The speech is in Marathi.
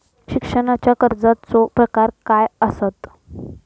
शिक्षणाच्या कर्जाचो प्रकार काय आसत?